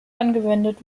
angewendet